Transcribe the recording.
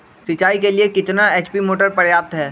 सिंचाई के लिए कितना एच.पी मोटर पर्याप्त है?